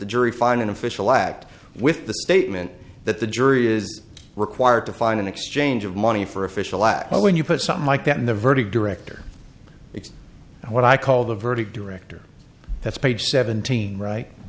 the jury find an official act with the statement that the jury is required to find an exchange of money for official act when you put something like that in the verdict director it's what i call the verdict director that's page seventeen right